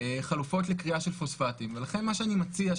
חלופות לכרייה של פוספטים ולכן מה שאני מציע,